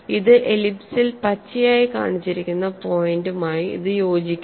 ഇത് എലിപ്സിൽ പച്ചയായി കാണിച്ചിരിക്കുന്ന പോയിന്റുമായി ഇത് യോജിക്കുന്നു